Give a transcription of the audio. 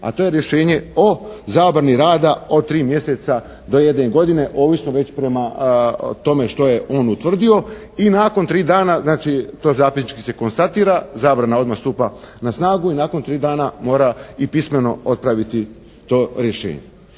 A to je rješenje o zabrani rada od tri mjeseca do jedne godine, ovisno već prema tome, što je on utvrdio. I nakon tri dana znači, to zapisnički se konstatira. Zabrana odmah stupa na snagu i nakon tri dana mora i pismeno otpraviti to rješenje.